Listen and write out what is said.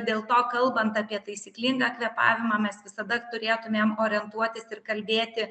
dėl to kalbant apie taisyklingą kvėpavimą mes visada turėtumėm orientuotis ir kalbėti